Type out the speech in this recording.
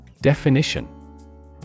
Definition